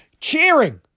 cheering